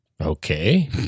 Okay